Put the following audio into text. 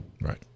Right